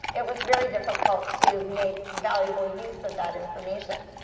it was very difficult to make valuable use of that information.